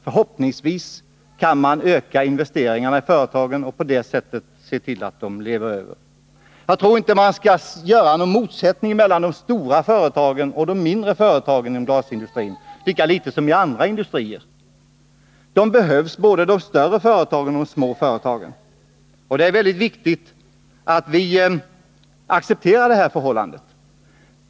Förhoppningsvis kan man öka investeringarna i företagen och på det sättet se till att de överlever. Jag tror inte man skall betona någon motsättning mellan de stora företagen och de mindre inom glasindustrin, lika litet som inom andra industrier. Både de stora företagen och de små företagen behövs. Det är mycket viktigt att vi accepterar detta förhållande.